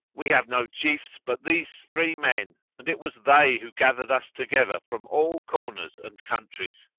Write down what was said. we have no chiefs but these three men and it was they who gathered us together from all corners and countries.